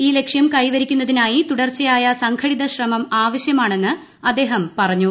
ഈ ലക്ഷ്യം കൈവരിക്കുന്നതിനായി തുടർച്ചയായ സംഘടിത ശ്രമം ആവശ്യമാണെന്ന് അദ്ദേഹം പറഞ്ഞു